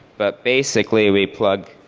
but basically we plug